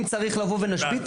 אם צריך לבוא ולהשבית,